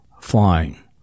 flying